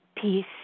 peace